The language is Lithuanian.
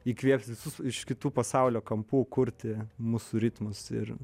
įkvėps visus iš kitų pasaulio kampų kurti mūsų ritmus ir